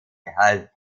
held